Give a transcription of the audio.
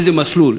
איזה מסלול.